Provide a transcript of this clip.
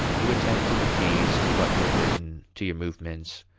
you attend to the keys, to what you have written, to your movements,